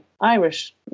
Irish